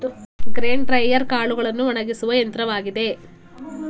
grain dryer ಕಾಳುಗಳನ್ನು ಒಣಗಿಸುವ ಯಂತ್ರವಾಗಿದೆ